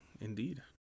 Indeed